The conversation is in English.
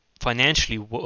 financially